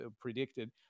predicted